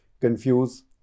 confuse